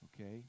Okay